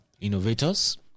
innovators